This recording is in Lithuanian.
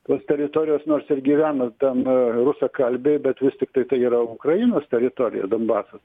tos teritorijos nors ir gyvena ten rusakalbiai bet vis tiktai tai yra ukrainos teritorija donbasas